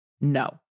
No